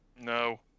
no